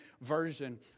version